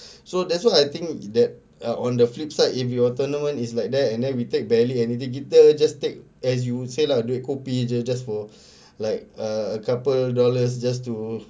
so that's what I think that uh on the flipside if your tournament is like that and then we take barely anything kita just take as you would say lah duit kopi jer just for like a couple dollars just to